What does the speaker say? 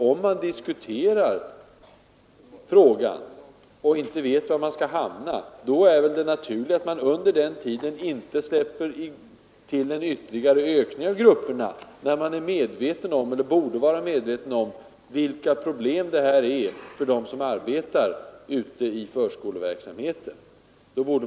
Om man diskuterar frågan och inte vet var man skall hamna, är det väl naturligt att man under den tiden inte går med på en ytterligare ökning av grupperna. Man borde vara medveten om vilka problem som råder inom förskoleverksamheten.